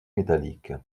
métallique